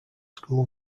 school